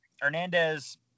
Hernandez